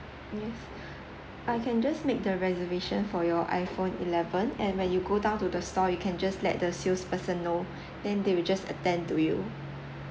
yes I can just make the reservation for your iPhone eleven and when you go down to the store you can just let the sales person know then they will just attend to you